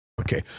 Okay